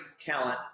talent